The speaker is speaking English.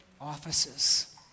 offices